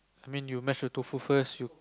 I mean you mash the tofu first you